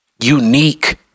unique